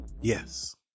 Yes